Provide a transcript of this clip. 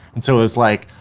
and so it's like,